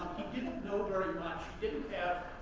he didn't know very much, didn't have